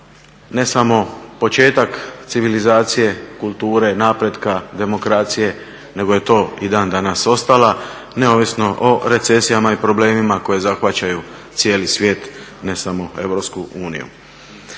ne samo početak civilizacije, kulture, napretka, demokracije nego je to i dan danas ostala neovisno o recesijama i problemima koje zahvaćaju cijeli svijet, ne samo EU.